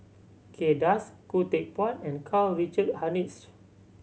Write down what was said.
Kay Das Khoo Teck Puat and Karl Richard Hanitsch